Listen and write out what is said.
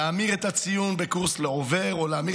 להמיר את הציון בקורס לעובר או להמיר